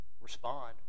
respond